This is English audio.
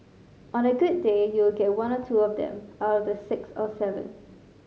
on a good day you'll get one or two of them out of the six or seven